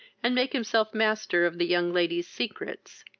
and make himself master of the young lady's secrets